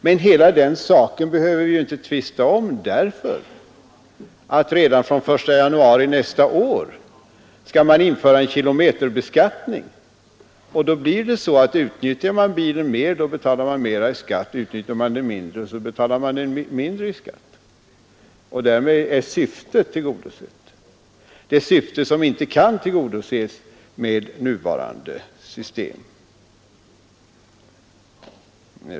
Men den saken behöver vi inte tvista om, därför att redan från den 1 januari nästa år införes en kilometerbeskattning. Utnyttjar man bilen mer kommer man att få betala mera i skatt, och utnyttjar man den mindre blir skatten lägre. Därmed är det syfte tillgodosett som inte kan tillgodoses med nuvarande system.